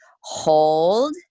hold